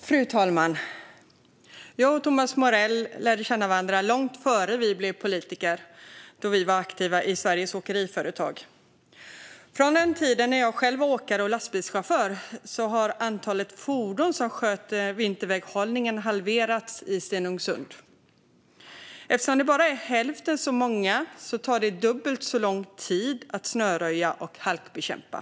Fru talman! Jag och Thomas Morell lärde känna varandra långt innan vi blev politiker, då vi var aktiva i Sveriges Åkeriföretag. Sedan den tiden, när jag själv var åkare och lastbilschaufför, har antalet fordon som sköter vinterväghållningen halverats i Stenungsund. Eftersom de bara är hälften så många tar det dubbelt så lång tid att snöröja och halkbekämpa.